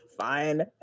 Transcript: fine